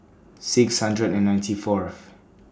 six hundred and ninety Fourth